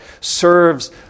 serves